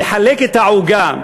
לחלק את העוגה,